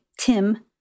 Tim